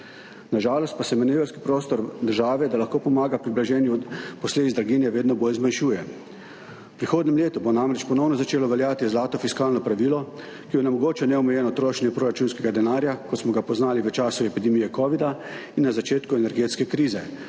Na žalost pa se manevrski prostor države, da lahko pomaga pri blaženju posledic draginje, vedno bolj zmanjšuje. V prihodnjem letu bo namreč ponovno začelo veljati zlato fiskalno pravilo, ki onemogoča neomejeno trošenje proračunskega denarja, kot smo ga poznali v času epidemije kovida in na začetku energetske krize,